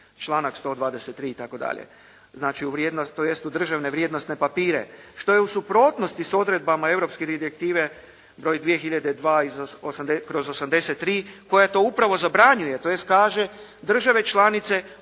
članak 123. itd. Znači tj. u državne vrijednosne papire, što je u suprotnosti sa odredbama Europske direktive br. 2002/83 koja to upravo zabranjuje tj. kaže: "Države članice